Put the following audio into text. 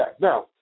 Now